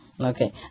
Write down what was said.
Okay